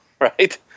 right